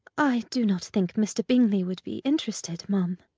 i do not think mr. bingley would be interested, ma'am.